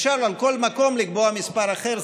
אפשר על כל מקום לקבוע מספר אחר.